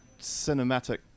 cinematic